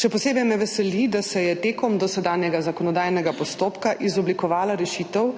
Še posebej me veseli, da se je tekom dosedanjega zakonodajnega postopka izoblikovala rešitev,